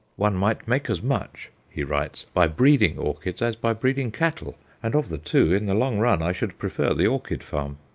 one might make as much, he writes, by breeding orchids as by breeding cattle, and of the two, in the long run, i should prefer the orchid farm.